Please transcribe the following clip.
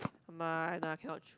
my no I cannot